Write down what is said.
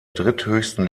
dritthöchsten